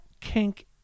kink